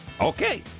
Okay